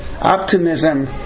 optimism